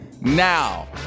now